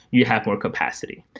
you have more capacity.